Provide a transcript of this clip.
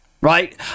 right